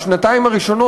בשנתיים הראשונות,